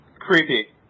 Creepy